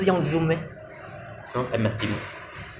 我学校用 Zoom leh 全部都是 Zoom